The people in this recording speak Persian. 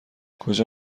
کجا